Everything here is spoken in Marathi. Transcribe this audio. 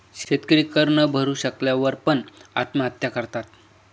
शेतकरी कर न भरू शकल्या वर पण, आत्महत्या करतात